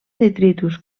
detritus